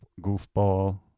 goofball